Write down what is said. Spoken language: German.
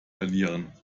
verlieren